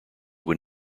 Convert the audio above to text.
when